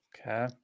Okay